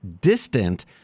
distant